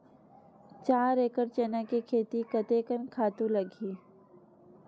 चार एकड़ चना के खेती कतेकन खातु लगही?